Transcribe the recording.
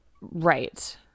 Right